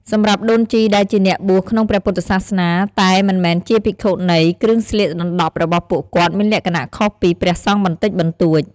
ដូនជីខ្មែរជាទូទៅស្លៀកដណ្ដប់នូវ សម្លៀកបំពាក់ពណ៌ស ដែលតំណាងឱ្យ ភាពបរិសុទ្ធ ភាពស្អាតស្អំ និងការលះបង់នូវកិលេស។